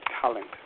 talent